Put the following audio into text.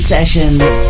Sessions